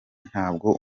ntabwo